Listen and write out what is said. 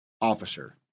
officer